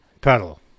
pedal